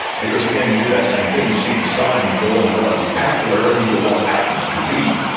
because, again, you do that same thing. you see the sign, and you go, oh my god, and you pat wherever your wallet happens to be.